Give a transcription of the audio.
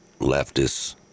leftists